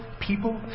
people